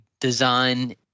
design